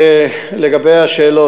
לגבי השאלות,